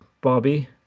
Bobby